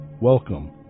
Welcome